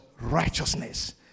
righteousness